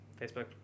Facebook